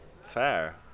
Fair